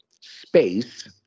space